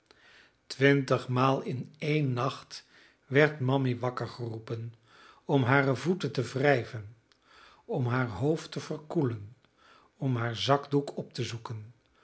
twintigmaal in één nacht werd mammy wakker geroepen om hare voeten te wrijven om haar hoofd te verkoelen om haar zakdoek op te zoeken